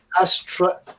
Astra